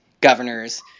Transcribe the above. governors